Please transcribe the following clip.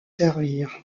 servir